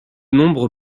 nombre